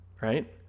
right